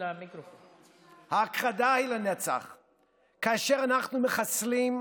אנחנו לא נאפשר,